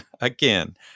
again